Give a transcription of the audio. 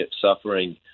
suffering